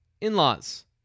in-laws